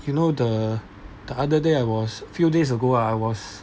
you know the the other day I was few days ago I was